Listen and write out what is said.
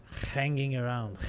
hanging around.